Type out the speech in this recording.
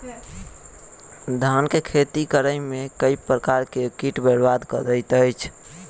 धान केँ खेती मे केँ प्रकार केँ कीट बरबाद कड़ी दैत अछि?